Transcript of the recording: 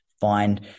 find